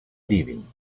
leaving